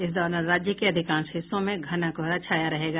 इस दौरान राज्य के अधिकांश हिस्सों में घना कोहरा छाया रहेगा